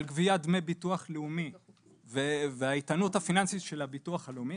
גביית דמי ביטוח לאומי והאיתנות הפיננסית של הביטוח הלאומי,